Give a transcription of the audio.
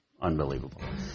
Unbelievable